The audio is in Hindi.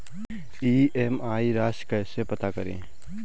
ई.एम.आई राशि कैसे पता करें?